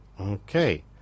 Okay